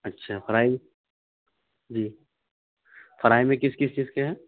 اچھا فرائی جی فرائی میں کس کس چیز کے ہیں